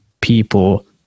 people